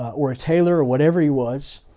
or a tailor, or whatever he was,